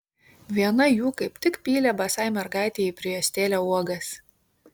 viena jų kaip tik pylė basai mergaitei į prijuostėlę uogas